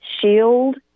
shield